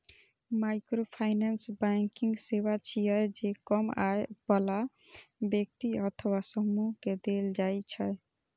microfinance banking सेवा छियै, जे कम आय बला व्यक्ति अथवा समूह कें देल जाइ छै